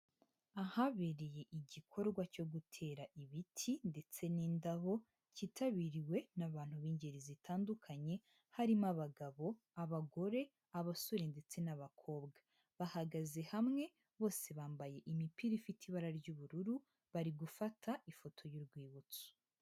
Ahabereye igikorwa cyo gutera ibiti, ndetse n'indabo, cyitabiriwe n'abantu b'ingeri zitandukanye harimo abagabo, abagore, abasore, ndetse n'abakobwa, bahagaze hamwe bose bambaye imipira ifite ibara ry'ubururu bari gufata ifoto y'urwibutso.